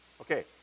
Okay